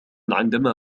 عندما